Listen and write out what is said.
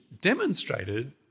demonstrated